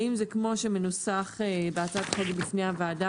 האם זה כמו שמנוסח בהצעת חוק בפני הוועדה,